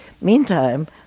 Meantime